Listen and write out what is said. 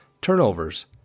turnovers